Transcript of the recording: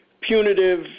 punitive